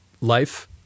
life